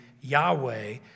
Yahweh